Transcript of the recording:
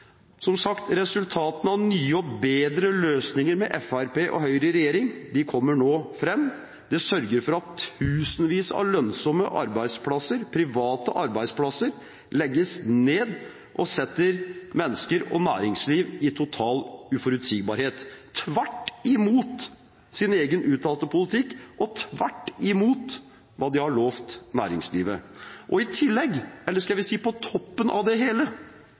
Som sagt, resultatene av «nye og bedre løsninger» med Fremskrittspartiet og Høyre i regjering kommer nå fram. De sørger for at tusenvis av lønnsomme arbeidsplasser, private arbeidsplasser, legges ned, og setter mennesker og næringsliv i total uforutsigbarhet – på tvers av deres egen uttalte politikk og hva de har lovt næringslivet. I tillegg, altså på toppen av det hele,